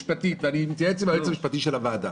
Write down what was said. אני מתייעץ עם היועץ המשפטי לוועדה.